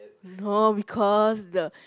no because the